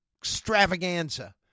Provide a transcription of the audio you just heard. extravaganza